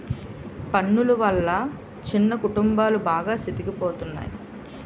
పన్నులు వల్ల చిన్న కుటుంబాలు బాగా సితికిపోతున్నాయి